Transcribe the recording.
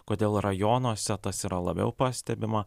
kodėl rajonuose tas yra labiau pastebima